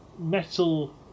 metal